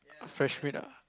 freshman ah